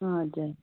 हजुर